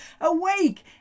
awake